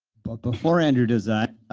but before andrew does that,